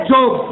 Job